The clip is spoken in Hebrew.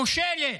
כושלות,